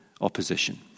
opposition